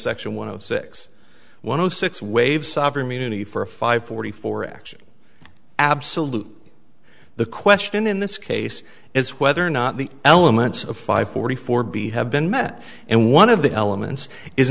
section one o six one zero six waive sovereign immunity for a five forty four action absolute the question in this case is whether or not the elements of five forty four b have been met and one of the elements is